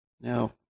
Now